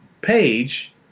page